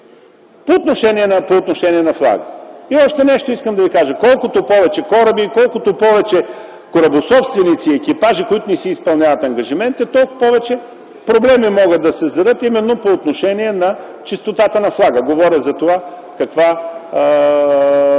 по отношение на флага. Ще кажа още нещо. Колкото повече кораби, колкото повече корабособственици и екипажи, които не си изпълняват ангажиментите, толкова повече проблеми могат да създадат по отношение на чистотата на флага. Говоря за авторитета,